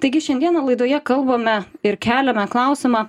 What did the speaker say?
taigi šiandieną laidoje kalbame ir keliame klausimą